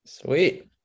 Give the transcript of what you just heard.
Sweet